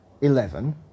eleven